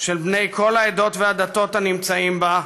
של בני כל העדות והדתות הנמצאים בה,